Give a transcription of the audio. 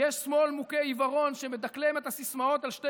יש שמאל מוכה עיוורון שמדקלם את הסיסמאות על שתי